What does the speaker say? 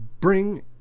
bring